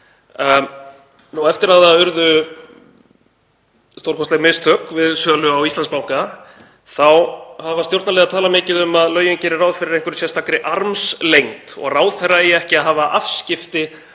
Eftir að það urðu stórkostleg mistök við sölu á Íslandsbanka þá hafa stjórnarliðar talað mikið um að lögin geri ráð fyrir einhverri sérstakri armslengd og ráðherra eigi ekki að hafa afskipti